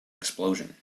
explosion